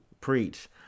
preach